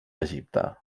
egipte